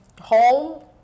home